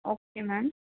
okay ma'am